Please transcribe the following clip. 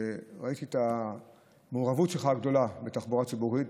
וראיתי את המעורבות הגדולה שלך בתחבורה הציבורית,